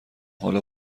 حالا